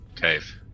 cave